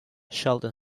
sheldon